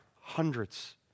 Hundreds